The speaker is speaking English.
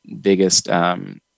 biggest